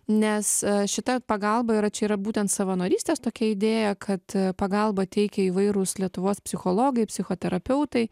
nes šita pagalba yra čia yra būtent savanorystės tokia idėja kad pagalbą teikia įvairūs lietuvos psichologai psichoterapeutai